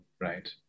right